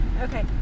okay